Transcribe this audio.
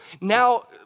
now